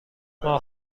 ماه